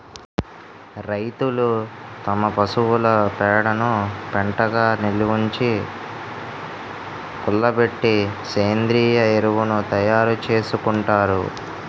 రైతులు తమ పశువుల పేడను పెంటగా నిలవుంచి, కుళ్ళబెట్టి సేంద్రీయ ఎరువును తయారు చేసుకుంటారు